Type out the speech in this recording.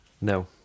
No